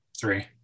three